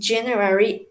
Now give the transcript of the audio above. January